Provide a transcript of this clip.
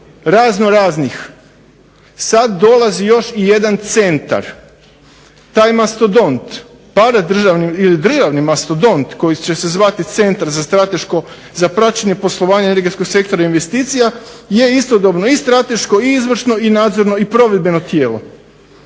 raznoraznih sad dolazi još i jedan centar. Taj mastodont paradržavni ili državni mastodont koji će se zvati Centar za praćenje poslovanja energetsko sektora investicija je istodobno i strateško i izvršno i nadzorno i provedbeno tijelo.